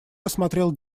рассмотрел